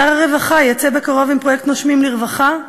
שר הרווחה יצא בקרוב עם פרויקט "נושמים לרווחה",